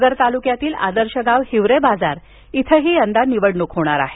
नगर तालुक्यातील आदर्श गाव हिवरे बाजार इथेही यंदा निवडणूक होणार आहे